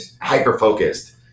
hyper-focused